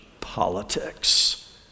politics